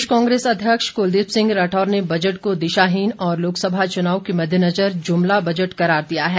प्रदेश कांग्रेस अध्यक्ष क्लदीप सिंह राठौर ने बजट को दिशाहीन और लोकसभा च्नाव के मद्देनजर जुमला बजट करार दिया है